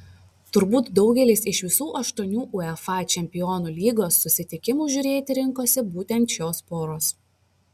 turbūt daugelis iš visų aštuonių uefa čempionų lygos susitikimų žiūrėti rinkosi būtent šios poros